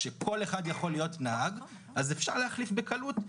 כשכל אוחד יכול להיות נהג, אפשר להחליף בקלות.